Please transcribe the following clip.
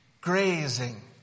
grazing